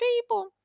people